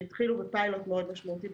התחילו בפיילוט משמעותי מאוד,